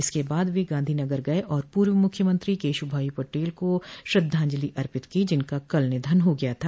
इसके बाद वे गांधीनगर गए और पूर्व मुख्यमंत्री केशुभाई पटेल को श्रद्धांजलि अर्पित की जिनका कल निधन हो गया था